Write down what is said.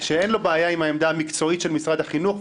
שאין לו בעיה עם העמדה המקצועית של משרד החינוך,